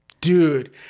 Dude